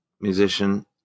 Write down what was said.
musician